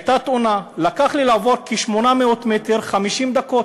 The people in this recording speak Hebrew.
הייתה תאונה, לקח לי לעבור כ-800 מטר 50 דקות.